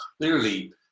clearly